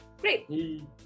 Great